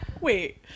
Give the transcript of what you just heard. wait